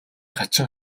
хачин